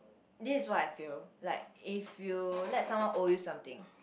this is what I feel like if you let someone owe you something